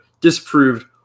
disproved